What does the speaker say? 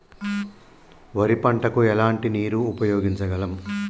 వరి పంట కు ఎలాంటి నీరు ఉపయోగించగలం?